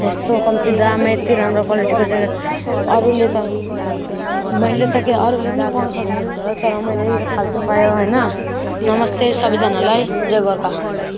यस्तो कम्ती दाम यति राम्रो क्वालिटीको ज्याकेट अरूले त मैले त के अरूले पनि पाउनु सक्दैन होला तर मैले यो साल चाहिँ पायो होइन नमस्ते सबैजनालाई जय गोर्खा